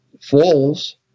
falls